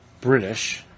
British